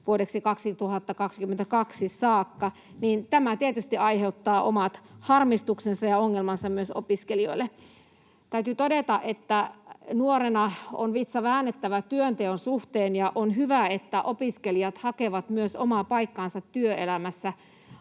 vuodeksi 2022 — tietysti aiheuttaa omat harmistuksensa ja ongelmansa myös opiskelijoille. Täytyy todeta, että nuorena on vitsa väännettävä työnteon suhteen, ja on hyvä, että opiskelijat hakevat myös omaa paikkaansa työelämässä.